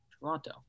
Toronto